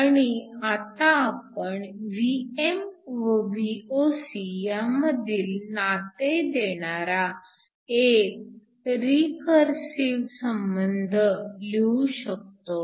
आणि आता आपण Vm व Voc ह्यांमधील नाते देणारा एक रिकर्सिव्ह संबंध लिहू शकतो